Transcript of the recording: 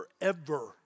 forever